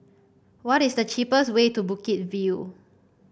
what is the cheapest way to Bukit View